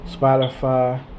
Spotify